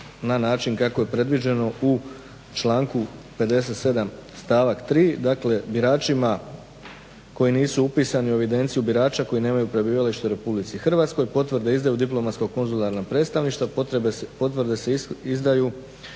na način kako je predviđeno u članku 57. stavak 3., dakle biračima koji nisu upisani u evidenciju birača, koji nemaju prebivalište u Republici Hrvatskoj potvrde izdaju diplomatsko-konzularna predstavništva. Potvrde se izdaju